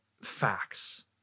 facts